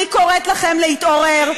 אני קוראת לכם להתעורר,